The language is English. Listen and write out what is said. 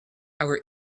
our